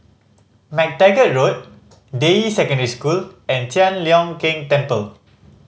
Mac Taggart Road Deyi Secondary School and Tian Leong Keng Temple